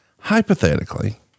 Hypothetically